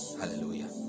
hallelujah